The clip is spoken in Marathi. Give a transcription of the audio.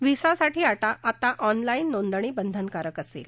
व्हिसासाठी आता ऑनलाईन नोंदणी बंधनकारक असेल